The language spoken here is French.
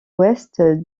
ouest